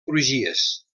crugies